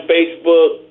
Facebook